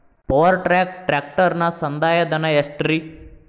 Power track ಟ್ರ್ಯಾಕ್ಟರನ ಸಂದಾಯ ಧನ ಎಷ್ಟ್ ರಿ?